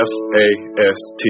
F-A-S-T